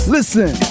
Listen